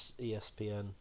ESPN